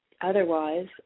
Otherwise